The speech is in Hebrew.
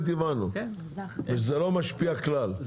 זה לא משפיע כלל.